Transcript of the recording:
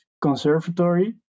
conservatory